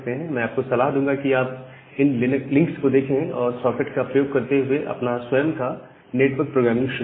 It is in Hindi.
मैं आपको यह सलाह दूंगा कि आप इन लिंक्स को देखें और सॉकेट का प्रयोग करते हुए अपना स्वयं का नेटवर्क प्रोग्रामिंग करना शुरू करें